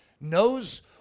knows